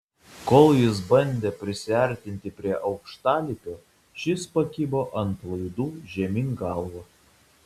kol jis bandė prisiartinti prie aukštalipio šis pakibo ant laidų žemyn galva